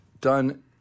done